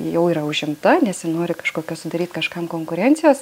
jau yra užimta nesinori kažkokios sudaryt kažkam konkurencijos